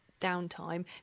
downtime